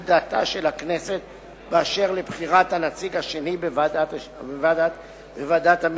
דעתה של הכנסת אשר לבחירת הנציג השני בוועדת המינויים.